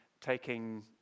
taking